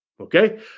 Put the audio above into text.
Okay